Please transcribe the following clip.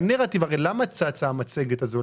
הרי למה צצה המצגת הזאת?